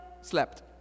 slept